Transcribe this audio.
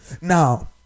Now